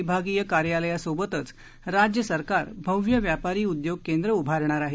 विभागीय कार्यालयासोबतच राज्य सरकार भव्य व्यापारी उद्योग केंद्र उभारणार आहे